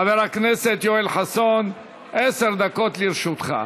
חבר הכנסת יואל חסון, עשר דקות לרשותך.